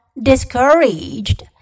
discouraged